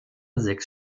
sechs